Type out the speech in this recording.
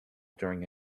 during